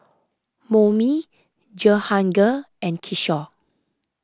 Homi Jehangirr and Kishore